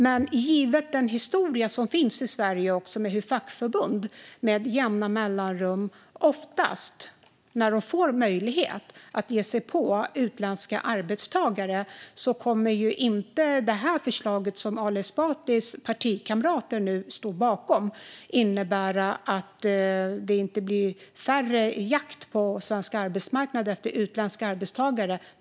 Men givet den historia som finns i Sverige - med fackförbund som med jämna mellanrum, när de får möjlighet, ger sig på utländska arbetstagare - kommer inte det förslag som Ali Esbatis partikamrater nu står bakom att innebära att det blir mindre jakt på svensk arbetsmarknad efter utländska arbetstagare.